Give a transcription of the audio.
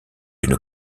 une